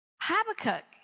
Habakkuk